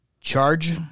Charge